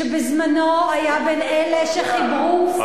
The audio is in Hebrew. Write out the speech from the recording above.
שבזמנו היה בין אלה שחיברו פסק,